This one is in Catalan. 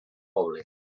poble